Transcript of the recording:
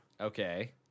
Okay